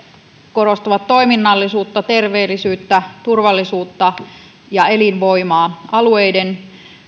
korostavat toiminnallisuutta terveellisyyttä turvallisuutta ja elinvoimaa alueiden